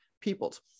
peoples